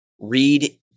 read